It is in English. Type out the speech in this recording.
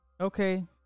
Okay